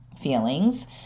feelings